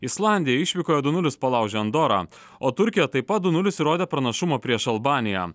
islandija išvykoje du nulis palaužė andorą o turkija taip pat du nulis įrodė pranašumą prieš albaniją